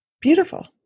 Beautiful